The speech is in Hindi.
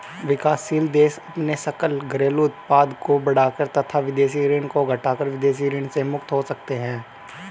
विकासशील देश अपने सकल घरेलू उत्पाद को बढ़ाकर तथा विदेशी ऋण को घटाकर विदेशी ऋण से मुक्त हो सकते हैं